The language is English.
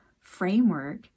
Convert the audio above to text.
framework